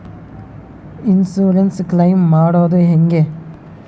Insurance claim ಮಾಡದು ಹೆಂಗೆ?